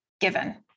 given